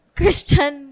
Christian